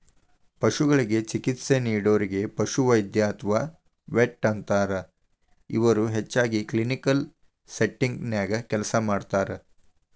ಪಶುಗಳಿಗೆ ಚಿಕಿತ್ಸೆ ನೇಡೋರಿಗೆ ಪಶುವೈದ್ಯ ಅತ್ವಾ ವೆಟ್ ಅಂತಾರ, ಇವರು ಹೆಚ್ಚಾಗಿ ಕ್ಲಿನಿಕಲ್ ಸೆಟ್ಟಿಂಗ್ ನ್ಯಾಗ ಕೆಲಸ ಮಾಡ್ತಾರ